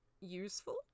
Useful